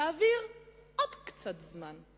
להעביר עוד קצת זמן.